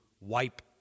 wipe